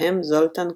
בהם זולטאן קודאי.